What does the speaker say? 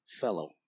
fellow